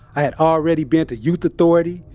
i had already been to youth authority.